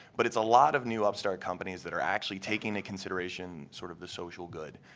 but it is a lot of new upstart companies that are actually taking ah consideration, sort of, the social good.